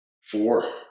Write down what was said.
four